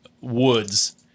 woods